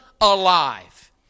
alive